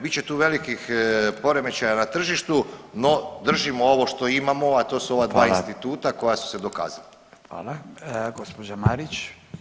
Bit će tu velikih poremećaja na tržištu, no držimo ovo što imamo, a to su ova dva instituta koja su se dokazala.